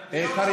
ביבי.